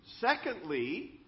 Secondly